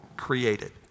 Created